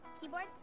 keyboards